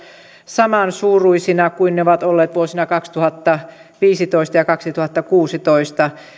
samansuuruisiksi kuin ne ovat olleet vuosina kaksituhattaviisitoista ja kaksituhattakuusitoista